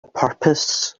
purpose